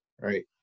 Right